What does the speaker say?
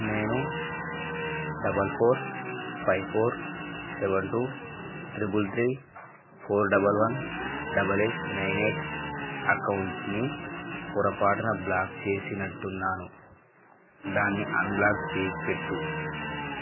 నేను double four five four seven two triple three four double one double eight nine eight అకౌంట్ని పొరపాటున block చేసినట్టున్నాను దాన్ని unblock చేసిపెట్టు